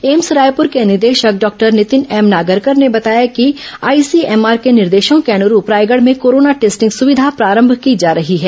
AIIMS Raipur के निदेशक doctor Nitin M Nagarkar ने बताया कि आईसीएमआर के निर्देशों के अनुरूप रायगढ़ में कोरोना टेस्टिंग सुविधा प्रारंभ की जा रही है